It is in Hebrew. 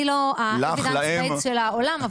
אני לא ה-Evidence based של העולם,